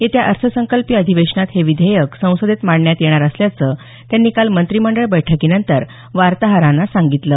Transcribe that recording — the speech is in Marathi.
येत्या अर्थसंकल्पीय अधिवेशनात हे विधेयक संसदेत मांडण्यात येणार असल्याचं त्यांनी काल मंत्रिमंडळ बैठकीनंतर वार्ताहरांना सांगितलं